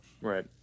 right